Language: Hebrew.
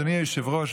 אדוני היושב-ראש,